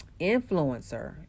influencer